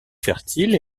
fertile